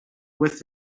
with